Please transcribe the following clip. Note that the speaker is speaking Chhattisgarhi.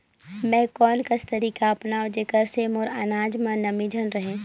मैं कोन कस तरीका अपनाओं जेकर से मोर अनाज म नमी झन रहे?